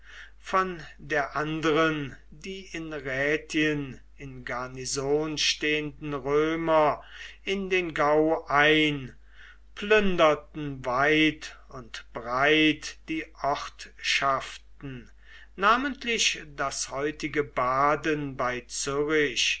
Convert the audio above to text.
von der anderen die in rätien in garnison stehenden römer in den gau ein plünderten weit und breit die ortschaften namentlich das heutige baden bei